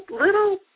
Little